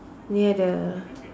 near the